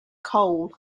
cole